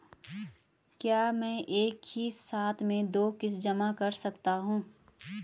क्या मैं एक ही साथ में दो किश्त जमा कर सकता हूँ?